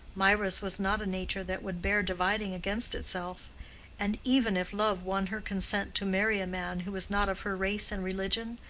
mirah's was not a nature that would bear dividing against itself and even if love won her consent to marry a man who was not of her race and religion,